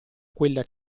quella